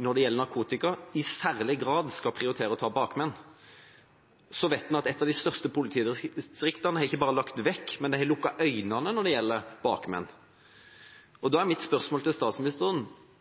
når det gjelder narkotika, skal en i særlig grad prioritere å ta bakmenn. Så vet en at et av de største politidistriktene ikke bare har lagt det vekk, men de har lukket øynene når det gjelder bakmenn. Og da er mitt spørsmål til statsministeren: